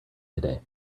today